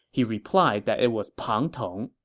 he replied that it was pang tong